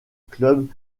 club